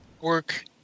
work –